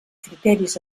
criteris